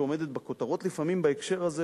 שעומדת בכותרות לפעמים בהקשר הזה,